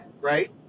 Right